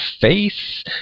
face